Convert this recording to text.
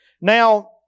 Now